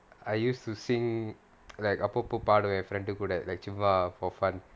I used to sing like அப்பப்போ பாடுவன் என்:appappo paaduvaan en friend கூட:kooda like சும்மா:chumma for fun